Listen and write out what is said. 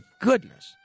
goodness